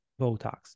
Botox